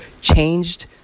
changed